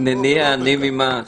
"הנני העני ממעש".